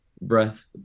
breath